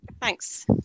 Thanks